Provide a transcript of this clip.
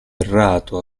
errato